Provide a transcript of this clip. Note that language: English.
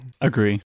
agree